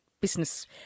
business